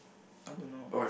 I want to know